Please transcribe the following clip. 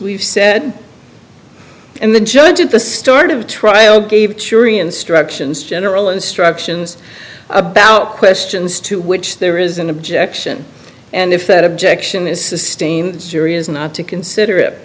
we've said and the judge at the start of the trial gave sure instructions general instructions about questions to which there is an objection and if that objection is sustained serious not to consider it